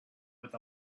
with